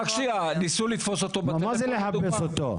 ניסו לתפוס אותו בטלפון.